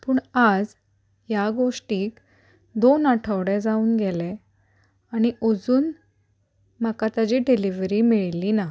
पूण आज ह्या गोश्टीक दोन आठवडे जावन गेले आनी अजून म्हाका ताची डिलिवरी मेळिल्ली ना